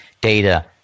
data